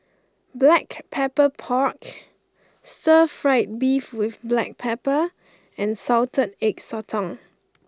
Black Pepper Pork Stir Fried Beef with Black Pepper and Salted Egg Sotong